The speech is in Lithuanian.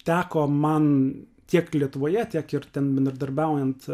teko man tiek lietuvoje tiek ir ten bendradarbiaujant